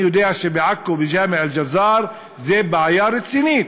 אני יודע שבעכו, בג'אמע אל-ג'זאר, זו בעיה רצינית.